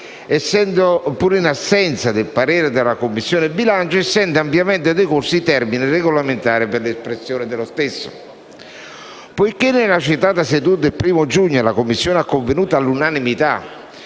relatori, pure in assenza del parere della Commissione bilancio, essendo ampiamente decorsi i termini regolamentari per l'espressione dello stesso. Poiché nella citata seduta del 1° giugno 2017 la Commissione ha convenuto all'unanimità